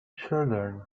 children